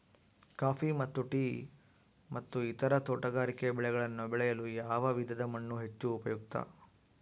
Coffee ಮತ್ತು tea ಮತ್ತು ಇತರ ತೋಟಗಾರಿಕೆ ಬೆಳೆಗಳನ್ನು ಬೆಳೆಯಲು ಯಾವ ವಿಧದ ಮಣ್ಣು ಹೆಚ್ಚು ಉಪಯುಕ್ತ?